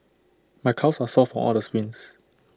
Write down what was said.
my calves are sore from all the sprints